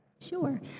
Sure